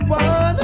one